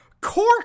Cork